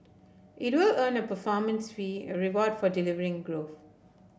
it will earn a performance fee a reward for delivering growth